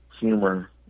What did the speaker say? humor